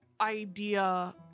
idea